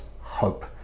hope